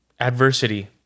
adversity